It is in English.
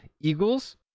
Eagles